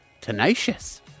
tenacious